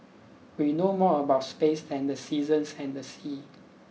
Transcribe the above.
we know more about space than the seasons and the sea